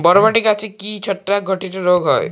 বরবটি গাছে কি ছত্রাক ঘটিত রোগ হয়?